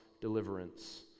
deliverance